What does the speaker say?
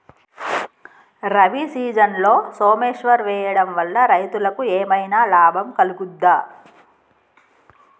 రబీ సీజన్లో సోమేశ్వర్ వేయడం వల్ల రైతులకు ఏమైనా లాభం కలుగుద్ద?